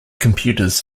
computers